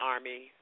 Army